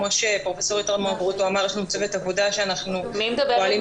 כפי שפרופ' איתמר גרוטו אמר יש לנו צוות עבודה שאנחנו פועלים ביחד.